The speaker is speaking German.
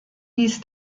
ließ